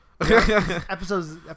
episodes